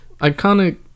Iconic